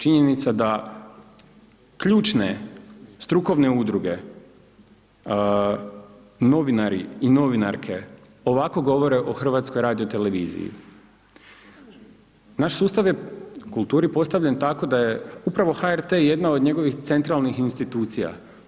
Činjenice da ključne strukovne udruge, novinari i novinarke ovako govore o HRT-u, naš sustav je kulturi postavljen tako da je upravo HRT jedna od njegovih centralnih institucija.